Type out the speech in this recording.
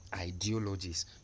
ideologies